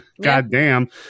goddamn